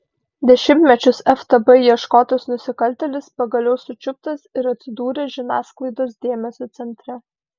dešimtmečius ftb ieškotas nusikaltėlis pagaliau sučiuptas ir atsidūrė žiniasklaidos dėmesio centre